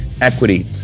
equity